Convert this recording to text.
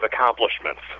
accomplishments